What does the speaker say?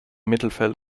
mittelfeld